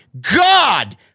god